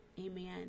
amen